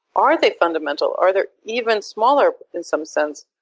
are they fundamental? are they even smaller, in some sense,